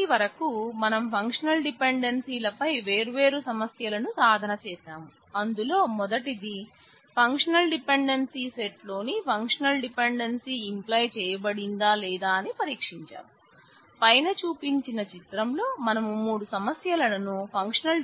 ఇప్పటి వరకు మనం ఫంక్షనల్ డిపెండెన్సీ మరియు వేర్వేరు అల్గారిథం లు